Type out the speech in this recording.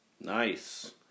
Nice